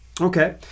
Okay